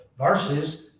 verses